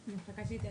אני יכולה להגיד,